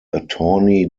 attorney